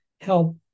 help